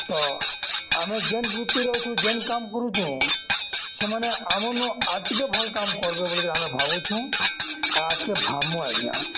ତ ଆମେ ଯେନ୍ ବୃତ୍ତିରେ ଅଛୁଁ ଯେନ୍ କାମ୍ କରୁଛୁଁ ସେମାନେ ଆମର୍ନୁ ଆର୍ ଟିକେ ଭଲ୍ କାମ୍ କର୍ବେ ବୋଲି ଆମେ ଭାବୁଛୁଁ ଆର୍ ଆଗ୍କେ ଭାବ୍ମୁ ଆଜ୍ଞା